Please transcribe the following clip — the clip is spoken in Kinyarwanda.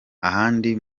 ahandi